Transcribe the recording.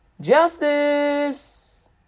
Justice